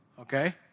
Okay